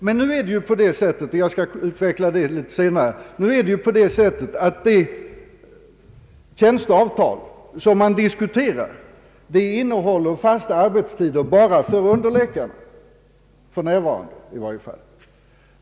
Men nu är det så — jag skall utveckla detta senare — att det tjänsteavtal som man diskuterar innehåller fasta arbetstider bara för underläkare, i varje fall för närvarande.